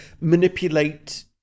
manipulate